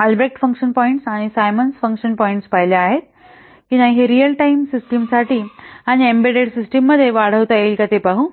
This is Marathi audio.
अल्ब्रेक्ट फंक्शन पॉईंट्स आणि सायमन्स फंक्शन पॉईंट्स पाहिले आहेत की नाही हे रिअल टाईम सिस्टम आणि एम्बेडेड सिस्टममध्ये वाढवता येईल का ते पाहू